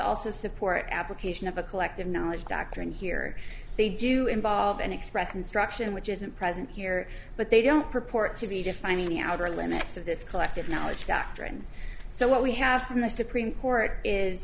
also support application of a collective knowledge doctrine here they do involve an express instruction which isn't present here but they don't purport to be defining outer limits of this collective knowledge doctrine so what we have to the supreme court is